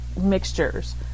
mixtures